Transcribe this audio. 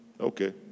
Okay